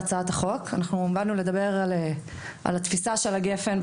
אנחנו באנו לדבר על התפיסה של גפ"ן,